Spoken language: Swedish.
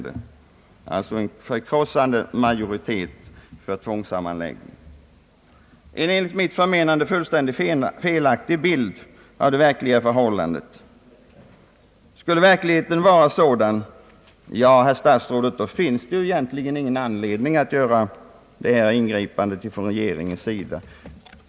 Det ser ut som en förkrossande majoritet för tvångssammanläggning, en enligt mitt förmenande fullständigt felaktig bild av det verkliga förhållandet. Skulle verkligheten vara sådan, herr statsråd, finns det egentligen ingen anledning att göra detta ingripande från regeringens sida.